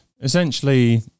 Essentially